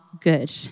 good